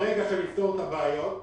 ברגע שנפתור את הבעיות,